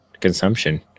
consumption